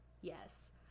Yes